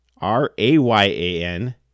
R-A-Y-A-N